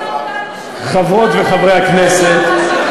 חברות וחברי הכנסת,